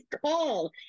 call